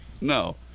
No